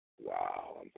Wow